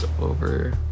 over